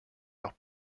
leurs